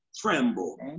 tremble